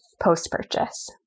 post-purchase